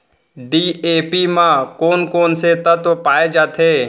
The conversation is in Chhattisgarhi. डी.ए.पी म कोन कोन से तत्व पाए जाथे?